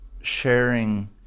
sharing